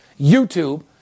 YouTube